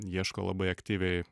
ieško labai aktyviai